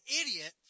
idiot